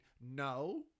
no